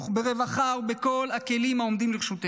ברווחה ובכל הכלים העומדים לרשותנו.